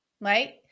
right